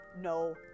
no